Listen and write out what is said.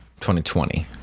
2020